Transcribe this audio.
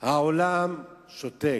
העולם שותק,